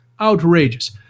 outrageous